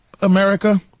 America